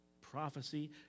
prophecy